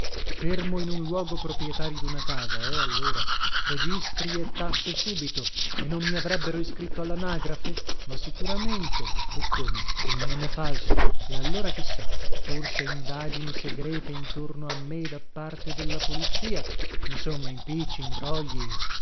fermo in un luogo proprietario duna casa eh allora registri e tasse subito e non mi avrebbero iscritto allanagrafe ma sicuramente e come con un nome falso e allora chi sa forse indagini segrete intorno a me da parte della polizia insomma impicci imbrogli